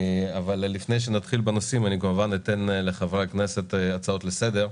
אבל לפני שנתחיל בנושאים אני כמובן אתן לחברי הכנסת הצעות לסדר.